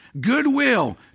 goodwill